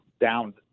down